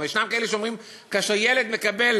אבל יש כאלה שאומרים שכאשר ילד מקבל